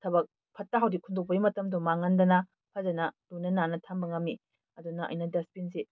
ꯊꯕꯛ ꯐꯠꯇ ꯍꯥꯎꯗꯤ ꯍꯨꯟꯗꯣꯛꯄꯩ ꯃꯇꯝꯗꯣ ꯃꯥꯡꯍꯟꯗꯅ ꯐꯖꯅ ꯂꯨꯅ ꯅꯥꯟꯅ ꯊꯝꯕ ꯉꯝꯃꯤ ꯑꯗꯨꯅ ꯑꯩꯅ ꯗꯁꯕꯤꯟꯁꯤ